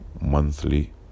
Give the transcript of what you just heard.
monthly